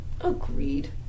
Agreed